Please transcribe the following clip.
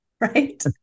Right